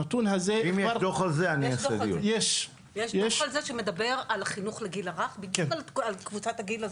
הנתון הזה כבר --- יש דוח על זה שמדבר על חינוך לגיל הרך,